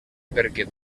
perquè